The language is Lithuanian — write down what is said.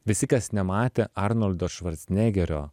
visi kas nematė arnoldo švarcnegerio